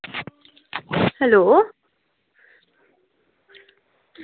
hello